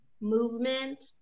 movement